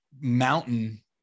mountain